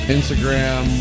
Instagram